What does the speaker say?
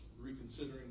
reconsidering